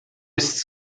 ist